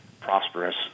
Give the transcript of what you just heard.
prosperous